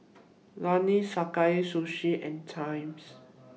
Lenas Sakae Sushi and Times